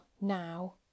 now